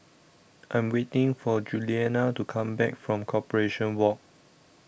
I Am waiting For Julianna to Come Back from Corporation Walk